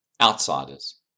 outsiders